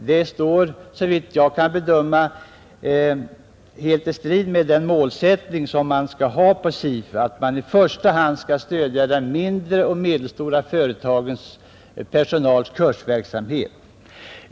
Det står, såvitt jag kan bedöma, helt i strid med den målsättning man skall ha för SIFU, nämligen att i första hand stödja kursverksamheten för personal hos de mindre och medelstora företagen.